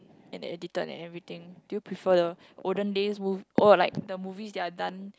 and edited and everything do you prefer the olden days mov~ oh like the movies that are done